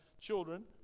children